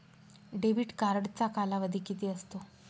Debit कार्डचा कालावधी किती असतो?